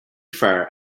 farr